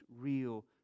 real